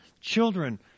Children